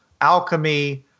alchemy—